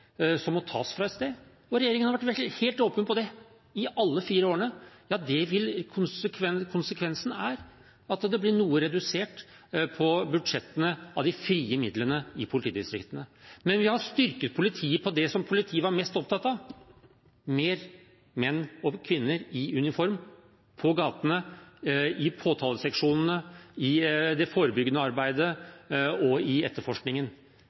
må tas fra et sted. Og regjeringen har vært helt åpen på – i alle fire årene – at konsekvensen er at budsjettene for de frie midlene i politidistriktene blir noe redusert. Men vi har styrket politiet på det som politiet var mest opptatt av: flere menn og kvinner i uniform på gatene, i påtaleseksjonene, i det forebyggende arbeidet og i etterforskningen.